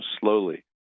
slowly